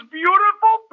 beautiful